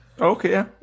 Okay